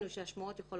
בבקשה.